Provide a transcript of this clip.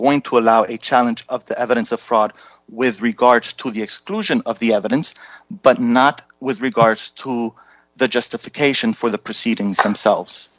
going to allow a challenge of the evidence of fraud with regards to the exclusion of the evidence but not with regards to the justification for the proceedings themselves